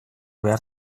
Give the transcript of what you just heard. behar